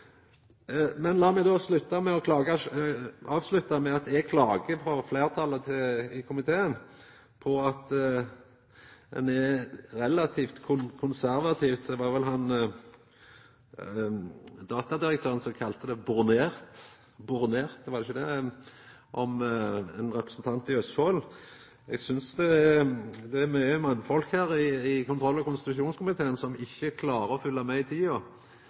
meg avslutta med å klaga på at fleirtalet i komiteen er relativt konservativt. Det var vel direktøren for Datatilsynet som kalla ein representant i Østfold «bornert». Eg synest det er mange mannfolk i kontroll- og konstitusjonskomiteen som ikkje klarar å følgja med i tida.